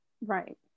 Right